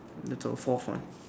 the town fourth one